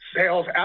sales